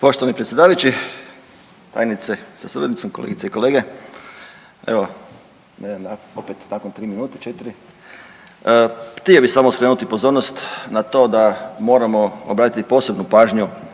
Poštovani predsjedavajući, tajnice sa suradnicom, kolegice i kolege evo mene opet nakon 3 minute, 4, htio bih samo skrenuti pozornost na to da moramo obratiti posebnu pažnju